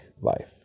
life